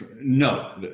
No